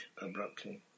abruptly